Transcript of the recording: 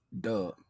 duh